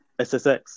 SSX